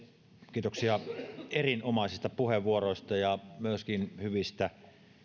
kiitoksia erinomaisista puheenvuoroista ja myöskin hyvistä